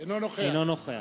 אינו נוכח